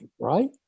right